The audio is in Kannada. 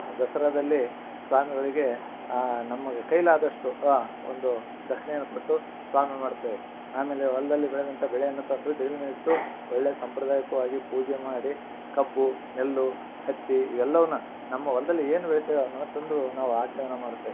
ದಸರಾದಲ್ಲಿ ಸ್ವಾಮಿಗಳಿಗೆ ನಮ್ಮ ಕೈಲಾದಷ್ಟು ವಾ ಒಂದು ದಕ್ಷಿಣೆಯನ್ನ ಕೊಟ್ಟು ಸ್ವಾಮಿ ಮಾಡುತ್ತೇವೆ ಆಮೇಲೆ ಹೊಲದಲ್ಲಿ ಬೆಳೆದಂಥ ಬೆಳೆಯನ್ನು ತಂದು ಜಗಲಿ ಮೇಲಿಟ್ಟು ಒಳ್ಳೇ ಸಂಪ್ರದಾಯಿಕವಾಗಿ ಪೂಜೆ ಮಾಡಿ ಕಬ್ಬು ನೆಲ್ಲು ಹತ್ತಿ ಇವೆಲ್ಲವುನ್ನ ನಮ್ಮ ಹೊಲದಲ್ಲಿ ಏನು ಬೆಳಿತೆವೆ ಅವನ್ನು ತಂದು ನಾವು ಆಚರಣೆ ಮಾಡುತ್ತೆವೆ